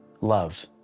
love